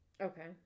Okay